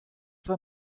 for